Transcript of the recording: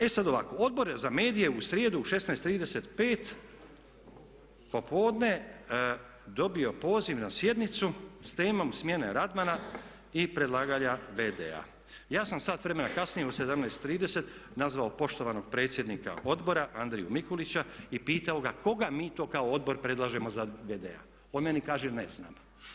E sada ovako, Odbor za medije u srijedu u 16,35, popodne dobio je poziv na sjednicu sa temom smjene Radmana i predlaganja v.d.-a. Ja sam sat vremena kasnije u 17,30 nazvao poštovanog predsjednika Odbora Andriju Mikulića i pitao ga koga mi to kao odbor predlažemo za v.d.-a, on meni kaže ne znam.